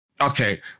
Okay